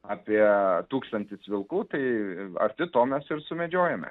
apie tūkstantis vilkų tai arti to mes ir sumedžiojame